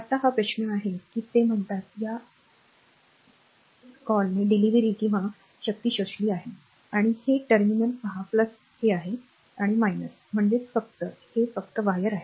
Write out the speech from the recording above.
आता हा प्रश्न आहे की ते म्हणतात या कॉलने डिलिव्हरी किंवा शक्ती शोषली आहे आता हे टर्मिनल पहा हे आहे म्हणजेचफक्त हे फक्त वायर आहे